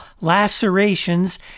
lacerations